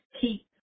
keep